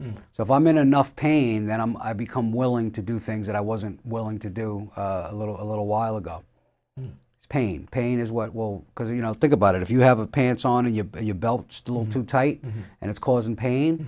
pain so if i'm in enough pain then i become willing to do things that i wasn't willing to do a little a little while ago the pain pain is what will because you know think about it if you have a pants on your butt your belt still too tight and it's causing pain